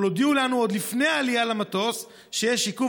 אבל הודיעו לנו עוד לפני העלייה על המטוס שיש עיכוב